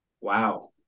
Wow